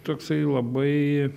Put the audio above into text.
toksai labai